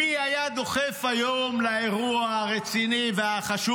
מי היה דוחף היום לאירוע הרציני והחשוב